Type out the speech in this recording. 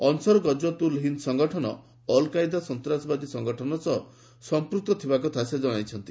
ଅନସର୍ ଗଜଓ୍ୱତ୍ ଉଲ୍ ହିନ୍ଦ୍ ସଂଗଠନ Al Qaeda ସନ୍ତାସବାଦୀ ସଂଗଠନ ସହ ସମ୍ପ୍ରକ୍ତ ଥିବା କଥା ସେ ଜଣାଇଛନ୍ତି